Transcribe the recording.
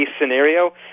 scenario